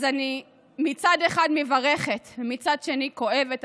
אז אני מצד אחד אני מברכת ומצד שני כואבת,